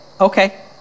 okay